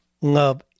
love